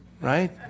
right